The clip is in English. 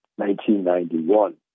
1991